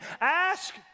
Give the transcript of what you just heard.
Ask